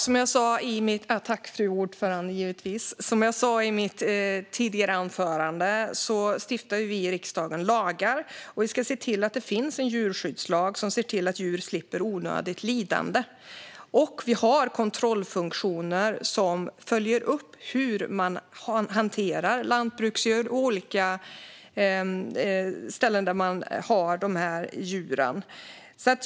Fru talman! Som jag sa i mitt anförande stiftar vi i riksdagen lagar, och vi ska se till att det finns en djurskyddslag som ser till att djur slipper onödigt lidande. Vi har också kontrollfunktioner som följer upp hur man hanterar lantbruksdjur och olika ställen där man har dessa djur.